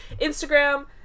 instagram